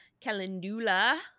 calendula